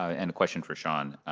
ah and the question for sean.